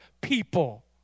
people